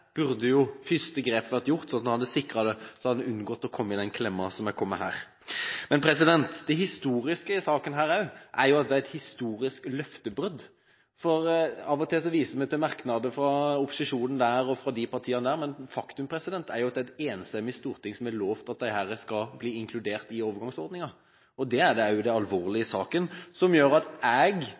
burde jo det første grepet blitt gjort, slik at vi hadde sikret det og unngått å komme i den klemma vi har kommet i her. Men det historiske i denne saken er også at det er et historisk løftebrudd. Av og til viser vi til merknader fra opposisjonen her og fra de partiene der, men faktum er jo at det er et enstemmig storting som har lovt at disse småkraftverkene skal bli inkludert i overgangsordningen. Det er også det alvorlige i saken, noe som gjør at jeg